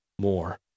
more